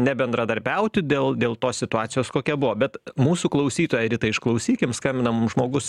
nebendradarbiauti dėl dėl tos situacijos kokia buvo bet mūsų klausytoją rita išklausykim skambina mum žmogus